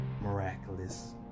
miraculous